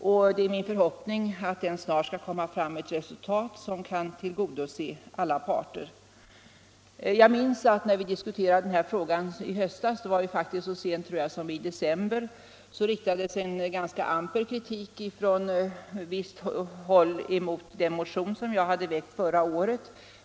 Det är min för = Anslag till polisvähoppning att den snart skall komma fram till ett resultat som kan till — sendet godose alla parter. Jag minns att när vi diskuterade den här frågan i höstas — det var så sent som i december — riktades en ganska amper kritik från visst håll mot den motion som jag hade väckt förra året.